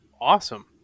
awesome